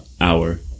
hour